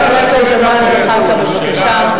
חבר הכנסת ג'מאל זחאלקה, בבקשה.